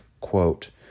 quote